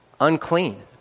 Unclean